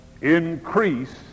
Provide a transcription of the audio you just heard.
increase